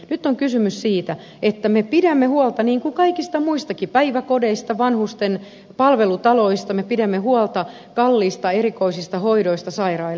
nyt on kysymys siitä että me pidämme tästä huolta niin kuin kaikista muistakin päiväkodeista vanhusten palvelutaloista me pidämme huolta kalliista erikoisista hoidoista sairaille